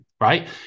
right